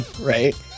right